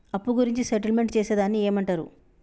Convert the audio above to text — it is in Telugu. అప్పు గురించి సెటిల్మెంట్ చేసేదాన్ని ఏమంటరు?